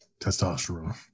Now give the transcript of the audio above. testosterone